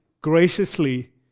graciously